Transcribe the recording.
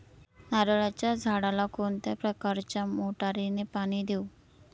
नारळाच्या झाडाला कोणत्या प्रकारच्या मोटारीने पाणी देऊ?